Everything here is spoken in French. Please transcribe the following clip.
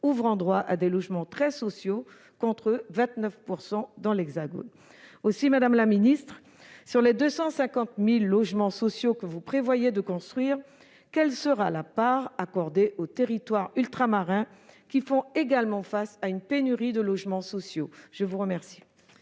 ouvrant droit à des logements très sociaux, contre 29 % en métropole. Madame la ministre, sur les 250 000 logements sociaux que vous prévoyez de construire, quelle sera la part accordée aux territoires ultramarins, qui font également face à une pénurie de logements sociaux ? La parole